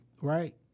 right